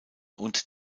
und